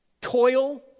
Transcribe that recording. toil